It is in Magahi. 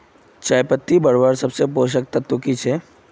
चयपत्ति बढ़वार सबसे पोषक तत्व की छे?